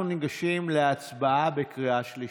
אנחנו ניגשים להצבעה בקריאה השלישית.